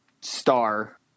star